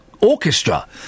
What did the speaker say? orchestra